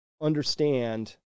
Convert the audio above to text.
understand